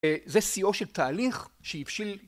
זה שיאו של תהליך שהבשיל.